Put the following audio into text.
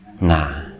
Nah